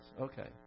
Okay